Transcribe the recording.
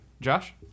Josh